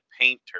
painter